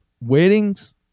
weddings